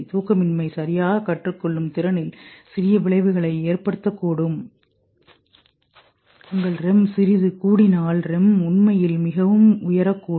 தூக்கமின்மை சரியாகக் கற்றுக்கொள்ளும் திறனில் சிறிய விளைவுகளை ஏற்படுத்தக்கூடும் உங்கள் REM சிறிது கூடினால்REMஉண்மையில் மிகவும்உயரக்கூடும்